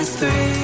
three